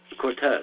Cortez